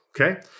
Okay